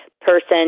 person